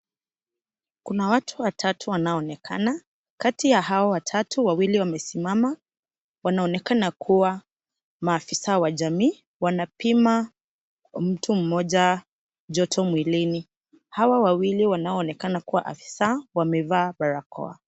Kuna watu watatu ambao wanaonekana. Kati ya hao watatu wawili wamesimama. Wanaonekana kuwa maafisa wa jamii. Wanapima mtu mmoja joto mwilini. Hawa wawili wanaoonekana kuwa afisa wamevaa barakoa.